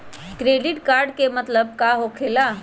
Credit card के मतलब का होकेला?